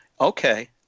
okay